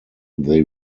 they